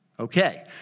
Okay